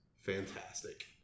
fantastic